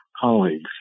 colleagues